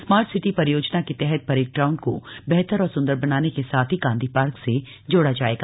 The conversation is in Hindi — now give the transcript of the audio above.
स्मार्ट सिटी परियोजना के तहत परेड ग्राउंड को बेहतर और सुंदर बनाने के साथ ही गांधी पार्क से जोड़ा जाएगा